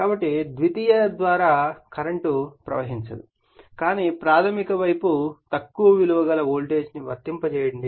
కాబట్టి ద్వితీయ ద్వారా కరెంట్ ప్రవహించదు కాని ప్రాధమిక వైపు తక్కువ విలువ గల వోల్టేజ్ను వర్తింపజేయండి